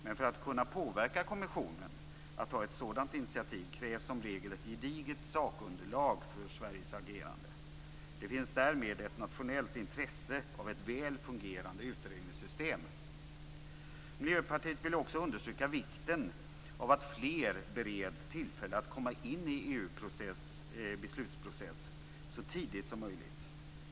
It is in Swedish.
Men för att kunna påverka kommissionen att ta ett sådant initiativ krävs som regel ett gediget sakunderlag för Sveriges agerande. Det finns därmed ett nationellt intresse av ett väl fungerande utredningssystem. Miljöpartiet vill också understryka vikten av att fler bereds tillfälle att komma in i EU:s beslutsprocess så tidigt som möjligt.